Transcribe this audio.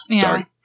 Sorry